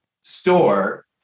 store